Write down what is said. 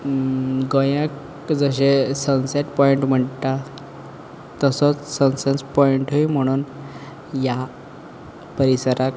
गोंयाक तशें sunset point म्हणटा तसोच सनसेट पोयंट म्हणोन या परिसराक